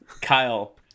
Kyle